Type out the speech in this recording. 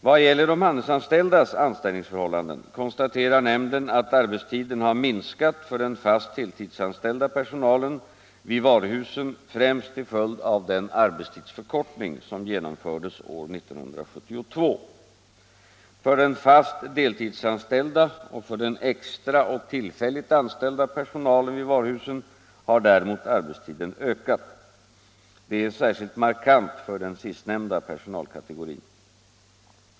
Vad gäller de handelsanställdas anställningsförhållanden konstaterar nämnden att arbetstiden har minskat för den fast heltidsanställda personalen vid varuhusen främst till följd av den arbetstidsförkortning som genomfördes år 1972. För den fast deltidsanställda och för den extra och tillfälligt anställda personalen vid varuhusen har däremot arbetstiden ökat. Detta är särskilt markant för den sistnämnda personalkategorin.